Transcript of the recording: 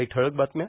काही ठळक बातम्या